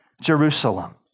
Jerusalem